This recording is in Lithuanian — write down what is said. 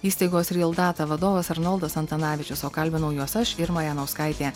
įstaigos real data vadovas arnoldas antanavičius o kalbinau juos aš irma janauskaitė